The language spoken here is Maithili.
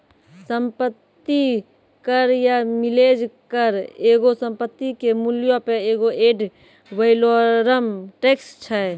सम्पति कर या मिलेज कर एगो संपत्ति के मूल्यो पे एगो एड वैलोरम टैक्स छै